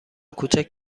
کوچک